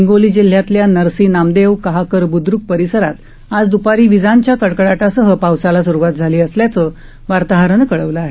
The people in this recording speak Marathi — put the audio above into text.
हिंगोली जिल्ह्यातल्या नरसी नामदेव कहाकर बुद्रक परिसरात आज दूपारी विजांच्या कडकडाटासह पावसाला सुरुवात झाली असल्याचं आमच्या वार्ताहरानं कळवलं आहे